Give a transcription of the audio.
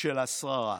של השררה".